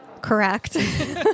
Correct